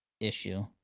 issue